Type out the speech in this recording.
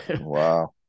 Wow